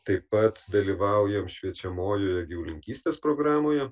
taip pat dalyvaujam šviečiamojoje gyvulininkystės programoje